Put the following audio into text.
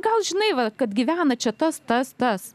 gal žinai va kad gyvena čia tas tas tas